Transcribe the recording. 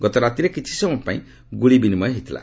ଗତ ରାତିରେ କିଛି ସମୟପାଇଁ ଗୁଳି ବିନିମୟ ଚାଲିଥିଲା